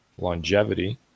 longevity